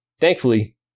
Thankfully